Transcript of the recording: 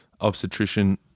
obstetrician